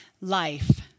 life